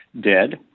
dead